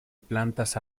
plantas